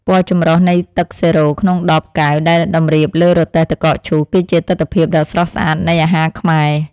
ពណ៌ចម្រុះនៃទឹកសេរ៉ូក្នុងដបកែវដែលតម្រៀបលើរទេះទឹកកកឈូសគឺជាទិដ្ឋភាពដ៏ស្រស់ស្អាតនៃអាហារខ្មែរ។